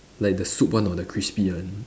like the soup one or the crispy one